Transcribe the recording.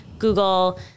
Google